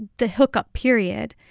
the hookup period,